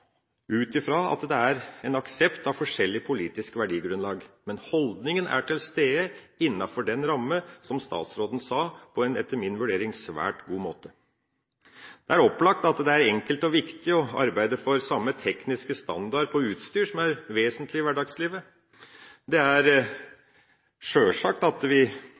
ut fra en aksept for forskjellig politisk verdigrunnlag. Men holdninga er til stede innenfor den rammen som statsråden beskrev på en, etter min vurdering, svært god måte. Det er opplagt at det er enkelt og viktig å arbeide for samme tekniske standard på utstyr som er vesentlig i hverdagslivet. Det er sjølsagt at vi